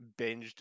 binged